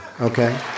okay